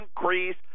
increase